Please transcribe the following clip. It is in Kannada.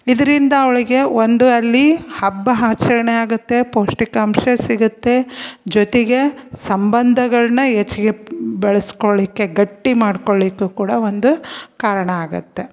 ಇದರಿಂದ ಅವಳಿಗೆ ಒಂದು ಅಲ್ಲಿ ಹಬ್ಬ ಆಚರಣೆ ಆಗುತ್ತೆ ಪೌಷ್ಟಿಕಾಂಶ ಸಿಗುತ್ತೆ ಜೊತೆಗೆ ಸಂಬಂಧಗಳನ್ನ ಹೆಚ್ಗೆ ಬೆಳೆಸ್ಕೊಳ್ಳಿಕ್ಕೆ ಗಟ್ಟಿ ಮಾಡ್ಕೊಳ್ಳಿಕ್ಕೂ ಕೂಡ ಒಂದು ಕಾರಣ ಆಗುತ್ತೆ